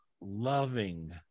loving